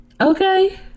Okay